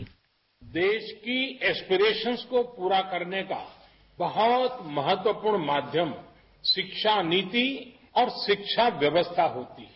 bite देश की aspirations को पूरा करने का बहुत महत्वतपूर्ण माध्यर शिक्षा नीति और शिक्षा व्यावस्था होती है